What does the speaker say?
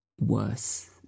worse